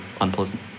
unpleasant